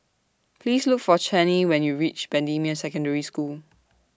Please Look For Chaney when YOU REACH Bendemeer Secondary School